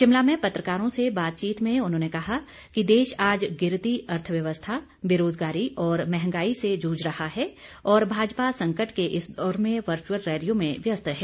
शिमला में पत्रकारों से बातचीत में उन्होंने कहा कि देश आज गिरती अर्थव्यवस्था बेरोजगारी और महंगाई से जूझ रहा है और भाजपा संकट के इस दौर में वर्चुअल रैलियों में व्यस्त है